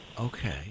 Okay